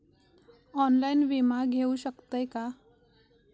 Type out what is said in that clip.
Online विमा घेऊ शकतय का?